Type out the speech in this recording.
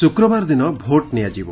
ଶ୍ରକ୍ରବାର ଦିନ ଭୋଟ୍ ନିଆଯିବ